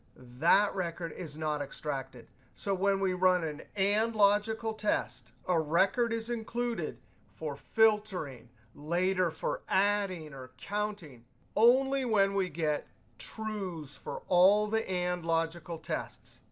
that record is not extracted. so when we run an and logical test, a record is included for filtering, later for adding or counting only when we get trues for all the and logical tests.